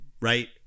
Right